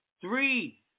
Three